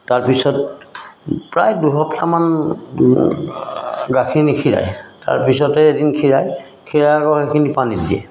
তাৰপিছত প্ৰায় দুসপ্তাহমান গাখীৰ নিখীৰাই তাৰপিছতে এদিন খীৰাই খীৰাই আকৌ সেইখিনি পানীত দিয়ে